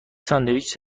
ساندویچ